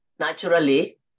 Naturally